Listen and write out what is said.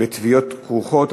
בתביעות כרוכות),